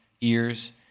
ears